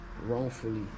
wrongfully